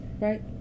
right